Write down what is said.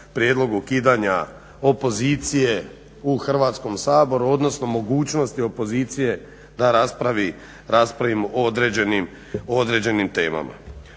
prijedlog ukidanja opozicije u Hrvatskom saboru, odnosno mogućnosti opozicije da raspravimo o određenim temama.